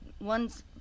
One's